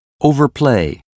Overplay